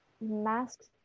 masks